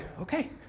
okay